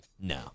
no